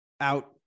out